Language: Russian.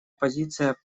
позиция